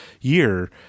year